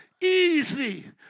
Easy